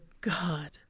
god